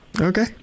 Okay